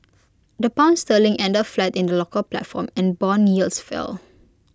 the pound sterling ended flat in the local platform and Bond yields fell